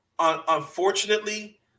Unfortunately